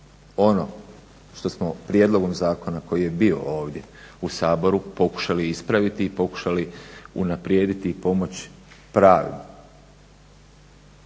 Ono što smo prijedlogom zakona koji je bio ovdje u Saboru pokušali ispraviti i pokušali unaprijediti i pomoći pravim